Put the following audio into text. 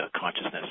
consciousness